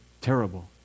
terrible